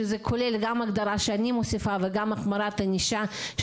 שזה כולל גם הגדרה שאני מוסיפה וגם החמרת ענישה.